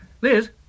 Liz